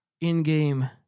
in-game